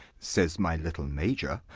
says my little major,